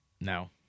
No